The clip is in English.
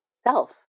self